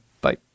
bye